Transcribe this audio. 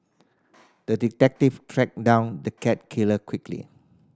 the detective tracked down the cat killer quickly